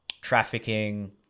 trafficking